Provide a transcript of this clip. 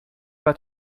pas